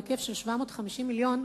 בהיקף של 750 מיליון,